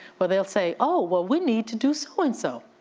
but they'll say, oh, well we need to do so and so,